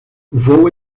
vou